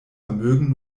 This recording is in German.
vermögen